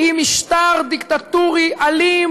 עם משטר דיקטטורי אלים